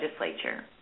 legislature